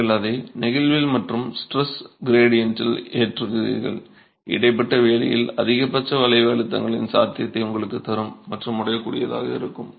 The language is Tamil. நீங்கள் அதை நெகிழ்வில் மற்றும் ஸ்ட்ரெஸ் கேரெடியன்டில் ஏற்றுகிறீர்கள் இடைப்பட்ட இடைவெளியில் அதிகபட்ச வளைவு அழுத்தங்களின் சாத்தியத்தை உங்களுக்குத் தரும் மற்றும் உடையக்கூடியதாக இருக்கும்